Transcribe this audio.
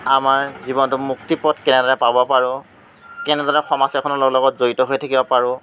আমাৰ জীৱনটোৰ মুক্তিপথ কেনেদৰে পাব পাৰোঁ কেনেদৰে সমাজ এখন লগত জড়িত হৈ থাকিব পাৰোঁ